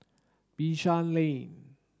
Bishan Lane